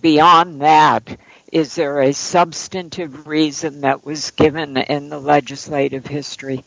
beyond that is there a substantive reason that was given and the legislative history